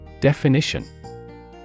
Definition